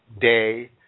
day